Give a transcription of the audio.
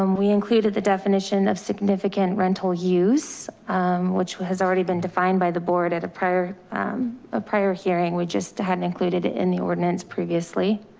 um we included the definition of significant rental use which has already been defined by the board at a prior a prior hearing. we just hadn't included in the ordinance previously,